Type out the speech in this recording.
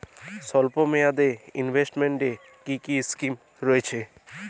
স্বল্পমেয়াদে এ ইনভেস্টমেন্ট কি কী স্কীম রয়েছে?